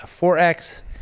4x